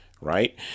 right